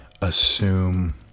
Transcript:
assume